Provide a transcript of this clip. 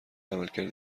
عملکرد